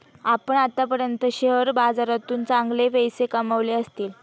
आपण आत्तापर्यंत शेअर बाजारातून चांगले पैसे कमावले असतील